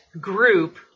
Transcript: group